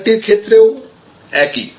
ফ্যাকাল্টির ক্ষেত্রেও একই